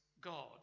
God